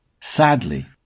Sadly